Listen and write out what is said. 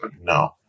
No